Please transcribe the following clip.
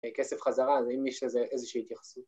כסף חזרה, אם יש לזה איזושהי התייחסות.